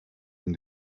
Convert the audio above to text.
been